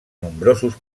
nombrosos